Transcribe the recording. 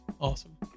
Awesome